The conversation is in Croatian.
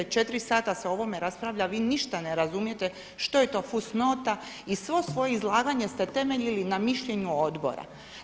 Četiri sata se o ovome raspravlja, a vi ništa ne razumijete što je to fusnota i svo svoje izlaganje ste temeljili na mišljenju odbora.